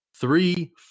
three